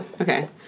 Okay